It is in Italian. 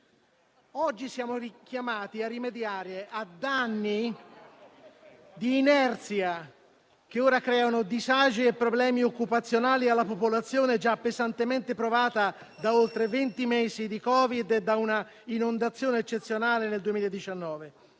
Oggi siamo chiamati a rimediare ad anni di inerzia, che ora creano disagi e problemi occupazionali alla popolazione, già pesantemente provata da oltre venti mesi di Covid-19 e da un'inondazione eccezionale nel 2019.